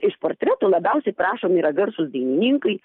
iš portretų labiausiai prašomi yra garsūs dainininkai